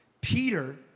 Peter